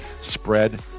Spread